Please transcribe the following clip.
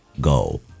go